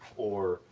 or,